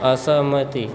असहमति